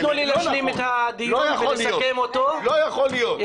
לא יכול להיות.